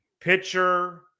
pitcher